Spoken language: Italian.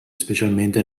specialmente